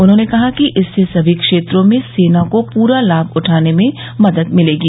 उन्होंने कहा कि इससे समी क्षेत्रों में सेना को पूरा लाभ उठाने में मदद मिलेगी